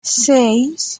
seis